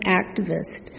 activist